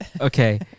Okay